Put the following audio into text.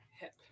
hip